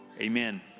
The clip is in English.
Amen